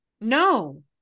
no